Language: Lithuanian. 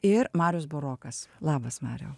ir marius burokas labas mariau